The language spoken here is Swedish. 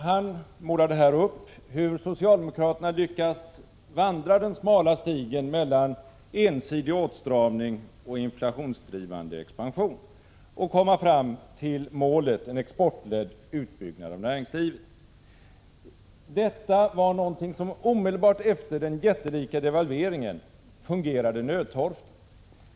Han målade upp hur socialdemokraterna hade lyckats vandra den smala stigen mellan ensidig åtstramning och inflationsdrivande expansion samt kommit fram till målet: en exportledd utbyggnad av näringslivet. Detta var någonting som omedelbart efter den jättelika devalveringen fungerade nödtorftigt.